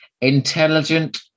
intelligent